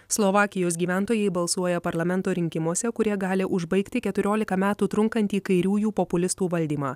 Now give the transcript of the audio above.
slovakijos gyventojai balsuoja parlamento rinkimuose kurie gali užbaigti keturiolika metų trunkantį kairiųjų populistų valdymą